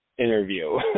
Interview